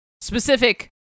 specific